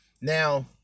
Now